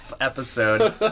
episode